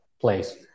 place